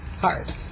hard